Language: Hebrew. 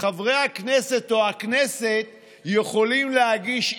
חברי הכנסת או הכנסת יכולים להגיש ערעור.